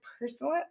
personal